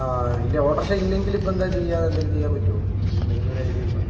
ആ ഇല്ല auto rickshaw ഇല്ലെങ്കിൽ ഇപ്പോൾ എന്താണ് ചെയ്യുക എന്തെങ്കിലും ചെയ്യാൻ പറ്റുമോ എന്തെങ്കിലും ഒരു ഐഡിയ ഉണ്ടോ